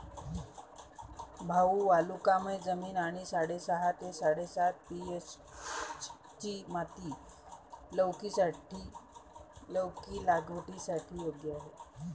भाऊ वालुकामय जमीन आणि साडेसहा ते साडेसात पी.एच.ची माती लौकीच्या लागवडीसाठी योग्य आहे